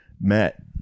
Matt